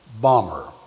Bomber